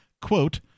quote